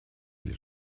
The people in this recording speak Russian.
или